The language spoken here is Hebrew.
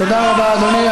תודה רבה, אדוני.